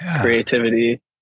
creativity